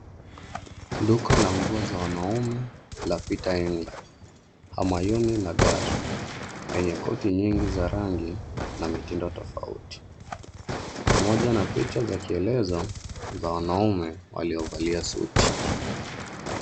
Duka la nguo za wanaume la Peter England, ama Yuni na Garu lenye koti nyingi za rangi na mitindo tofauti pamoja na picha za kielezo, za wanaume waliovalia suti.